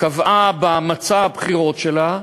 קבעה במצע הבחירות שלה,